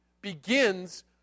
begins